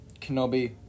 Kenobi